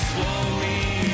Slowly